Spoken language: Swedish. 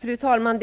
Fru talman!